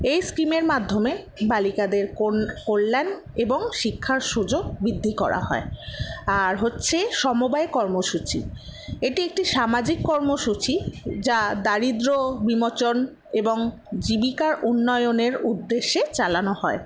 এই স্কিমের মাধ্যমে বালিকাদের কল্যাণ এবং শিক্ষার সুযোগ বৃদ্ধি করা হয় আর হচ্ছে সমবায় কর্মসূচি এটি একটি সামাজিক কর্মসূচি যা দারিদ্র বিমোচন এবং জীবিকার উন্নয়নের উদ্দেশ্যে চালানো হয়